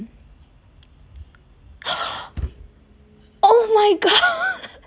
oh my god